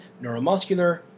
neuromuscular